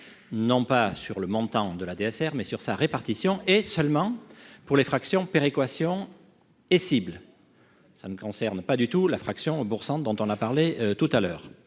non pas sur le montant de la DSR, mais sur sa répartition et seulement pour les fractions péréquation et cible. ça ne concerne pas du tout la fraction bourg centre dont on a parlé tout à l'heure